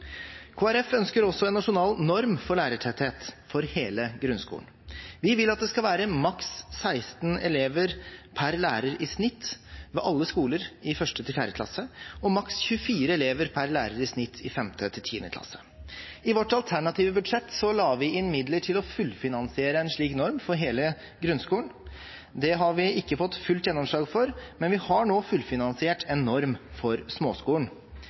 ønsker også en nasjonal norm for lærertetthet for hele grunnskolen. Vi vil at det skal være maks 16 elever per lærer i snitt ved alle skoler i 1.–4. klasse og maks 24 elever per lærer i snitt i 5.–10. klasse. I vårt alternative budsjett la vi inn midler til å fullfinansiere en slik norm for hele grunnskolen. Det har vi ikke fått fullt gjennomslag for, men vi har nå fullfinansiert en norm for småskolen.